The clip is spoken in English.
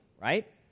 right